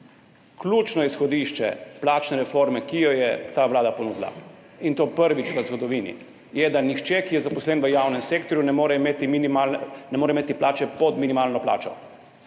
Ključno izhodišče plačne reforme, ki jo je ta vlada ponudila, in to prvič v zgodovini, je, da nihče, ki je zaposlen v javnem sektorju, ne more imeti plače pod minimalno plačo.